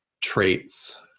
traits